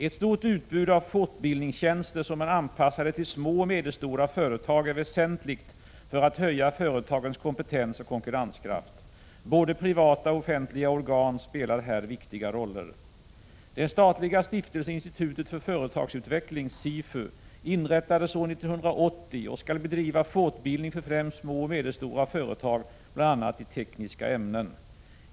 Ett stort utbud av fortbildningstjänster som är anpassade till små och medelstora företag är väsentligt för att höja företagens kompetens och konkurrenskraft. Både privata och offentliga organ spelar här viktiga roller. Den statliga Stiftelsen Institutet för företagsutveckling inrättades år 1980 och skall bedriva fortbildning för främst små och medelstora företag i bl.a. tekniska ämnen.